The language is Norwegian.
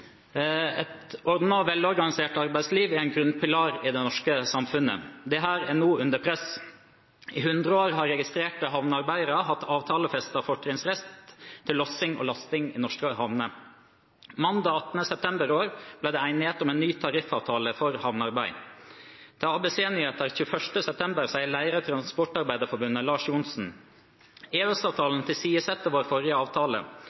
Et ordnet og velorganisert arbeidsliv er en grunnpilar i det norske samfunnet. Dette er nå under press. I hundre år har registrerte havnearbeidere hatt avtalefestet fortrinnsrett til lossing og lasting i norske havner, men den 18. september i år ble det enighet om en ny tariffavtale for havnearbeid. Til ABC Nyheter 21. september sier leder i Transportarbeiderforbundet, Lars Johnsen: «EØS-avtalen tilsidesetter vår forrige avtale.